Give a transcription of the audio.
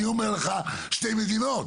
אני אומר לך שתי מדינות.